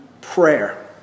Prayer